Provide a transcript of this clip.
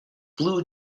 blue